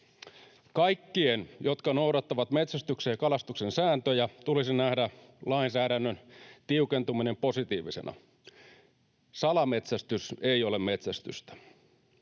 Kaikkien, jotka noudattavat metsästyksen ja kalastuksen sääntöjä, tulisi nähdä lainsäädännön tiukentuminen positiivisena. Salametsästys ei ole metsästystä.